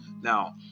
Now